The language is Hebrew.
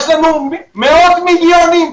יש לנו מאות מיליונים,